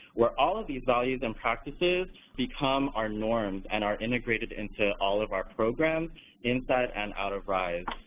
where all of these values and practices become our norms and are integrated into all of our programs inside and out of ryse.